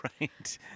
Right